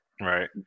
right